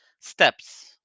Steps